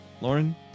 Lauren